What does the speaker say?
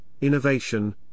innovation